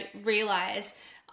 realize